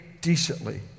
decently